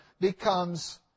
becomes